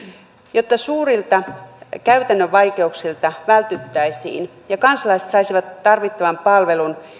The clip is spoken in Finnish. jotta suurilta käytännön vaikeuksilta vältyttäisiin ja kansalaiset saisivat tarvittavan palvelun